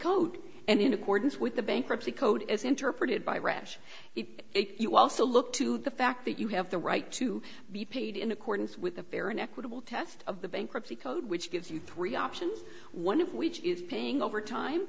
code and in accordance with the bankruptcy code as interpreted by rash if you also look to the fact that you have the right to be paid in accordance with the fair and equitable test of the bankruptcy code which gives you three options one of which is paying over time